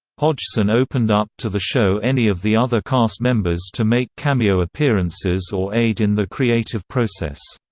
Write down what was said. hodgson opened up to the show any of the other cast members to make cameo appearances or aid in the creative process.